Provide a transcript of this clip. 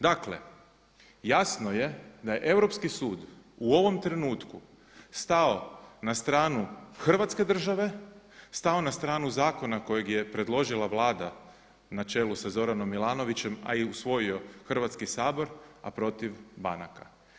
Dakle, jasno je da je Europski sud u ovom trenutku stao na stranu Hrvatske države, stao na stranu zakona kojeg je predložila Vlada na čelu sa Zoranom Milanovićem a i usvojio Hrvatski sabor a protiv banaka.